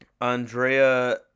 Andrea